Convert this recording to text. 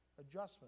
adjustment